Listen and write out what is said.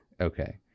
Okay